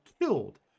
killed